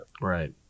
Right